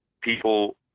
people